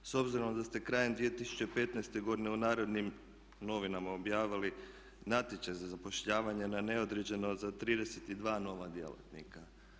S obzirom da ste krajem 2015. godine u Narodnim novinama objavili natječaj za zapošljavanje na neodređeno za 32 nova djelatnika.